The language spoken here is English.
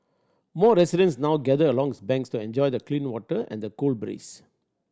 more residents now gather along its banks to enjoy the clean water and the cool breeze